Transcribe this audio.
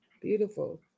Beautiful